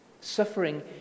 Suffering